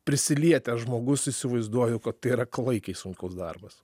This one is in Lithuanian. prisilietęs žmogus įsivaizduoju kad tai yra klaikiai sunkus darbas